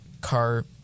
car